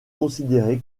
considéré